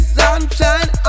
sunshine